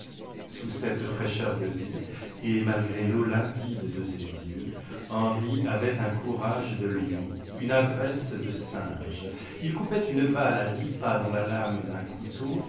sous cette fraîcheur de vie et malgré l'eau limpide de ses yeux henri avait un courage de lion une adresse de singe il coupait une balle à dix pas dans la lame d'un couteau